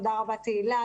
תודה רבה, תהלה.